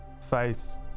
face